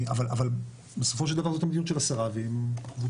אבל בסופו של דבר זו המדיניות של השרה והיא מבוצעת.